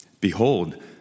Behold